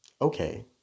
Okay